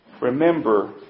remember